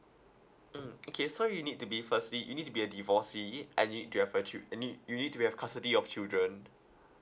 mm okay so you need to be firstly you need to be a divorcee and you need to have a child~ you need you need to have custody of children